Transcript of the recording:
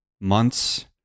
months